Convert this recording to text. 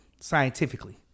Scientifically